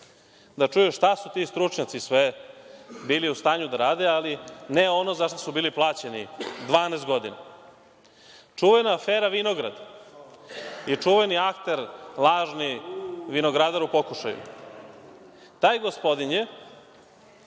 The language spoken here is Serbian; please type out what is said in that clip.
da čuju šta su ti stručnjaci sve bili u stanju da rade, ali ne ono za šta su bili plaćeni 12 godina. Čuvena afera „Vinograd“ i čuveni akter lažni vinogradar u pokušaju. Taj gospodin je,